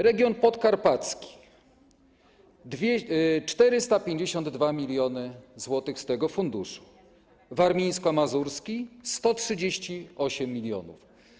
Region podkarpacki - 452 mln zł z tego funduszu, warmińsko-mazurski - 138 mln.